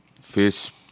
Fish